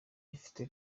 ifite